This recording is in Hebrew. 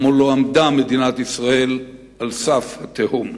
וכמו לא עמדה מדינת ישראל על סף התהום.